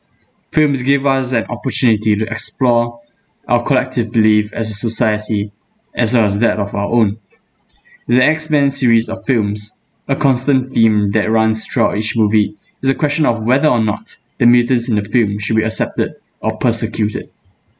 films give us an opportunity to explore our collective belief as a society as well as that of our own the X-men series of films a constant theme that runs throughout each movie is the question of whether or not the mutants in the film should be accepted or persecuted